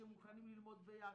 שמוכנים ללמוד יחד.